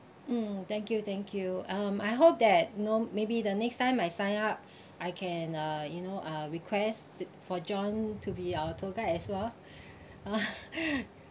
mm thank you thank you um I hope that you know maybe the next time I sign up I can uh you know uh request for john to be our tour guide as well ah